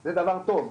זה דבר טוב,